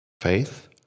Faith